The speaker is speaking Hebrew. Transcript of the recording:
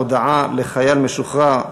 (הודעה לחייל משוחרר),